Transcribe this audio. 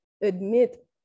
admit